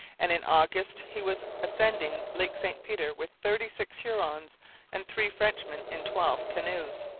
and in august he was ascending lake st peter with thirty-six hurons and three frenchmen in twelve canoes.